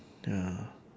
ya